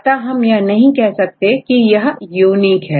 अतः हम यह नहीं कह सकते कि यह यूनिक है